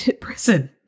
prison